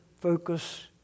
focus